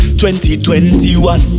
2021